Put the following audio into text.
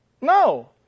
No